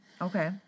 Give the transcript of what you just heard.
Okay